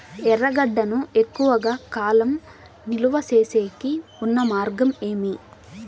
ఎర్రగడ్డ ను ఎక్కువగా కాలం నిలువ సేసేకి ఉన్న మార్గం ఏమి?